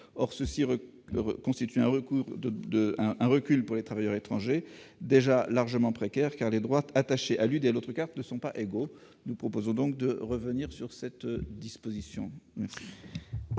Or cela constitue un recul pour les travailleurs étrangers, déjà largement précaires, car les droits attachés à l'une et à l'autre cartes ne sont pas identiques. Nous proposons donc de revenir sur cette disposition.